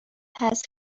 هست